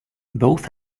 both